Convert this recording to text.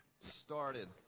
started